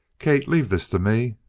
kate, leave this to me!